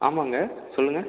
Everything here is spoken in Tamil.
ஆமாங்க சொல்லுங்கள்